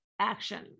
action